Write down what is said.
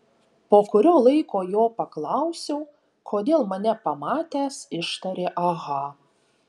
po kurio laiko jo paklausiau kodėl mane pamatęs ištarė aha